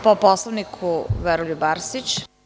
Po Poslovniku, Veroljub Arsić.